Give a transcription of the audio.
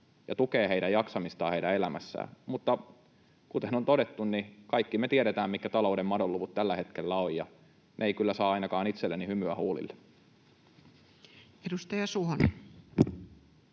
ja tukevat heidän jaksamistaan heidän elämässään. Mutta kuten on todettu, kaikki me tiedetään, mitkä talouden madonluvut tällä hetkellä ovat, ja ne eivät kyllä saa ainakaan itselleni hymyä huulille. [Speech